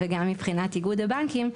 וגם מבחינת איגוד הבנקים,